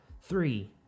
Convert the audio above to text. three